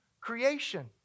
creation